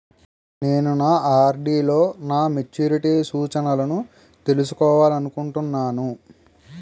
నేను నా ఆర్.డి లో నా మెచ్యూరిటీ సూచనలను తెలుసుకోవాలనుకుంటున్నాను